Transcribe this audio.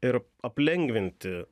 ir aplengvinti